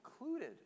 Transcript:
included